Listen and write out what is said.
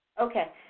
Okay